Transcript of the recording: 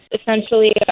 essentially